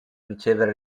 ricevere